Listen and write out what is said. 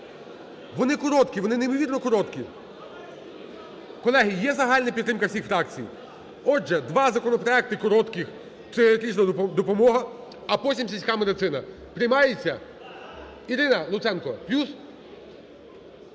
вони короткі, вони неймовірно короткі. Колеги, є загальна підтримка всіх фракцій, отже, два законопроекти коротких, психіатрична допомога, а потім – сільська медицина. Приймається? Ірина Луценко,